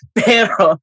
pero